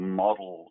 model